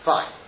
Fine